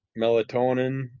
melatonin